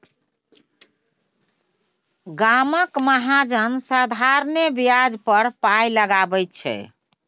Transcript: गामक महाजन साधारणे ब्याज पर पाय लगाबैत छै